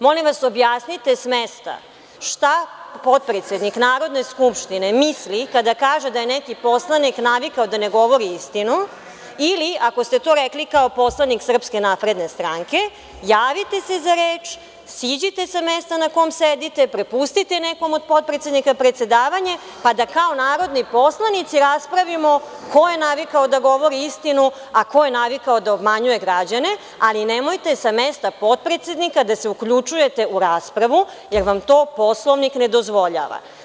Molim vas, objasnite smesta, šta potpredsednik Narodne skupštine misli kada kaže da je neki poslanik navikao da ne govori istinu, ili ako ste to rekli kao poslanik SNS, javite se za reč, siđite sa mesta na kom sedite, prepustite nekom od potpredsednika predsedavanje, pa da kao narodni poslanici raspravimo ko je navikao da govori istinu, a ko je navikao da obmanjuje građane, ali nemojte sa mesta potpredsednika da se uključujete u raspravu, jer vam to Poslovnik ne dozvoljava.